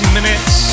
minutes